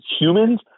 humans